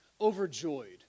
overjoyed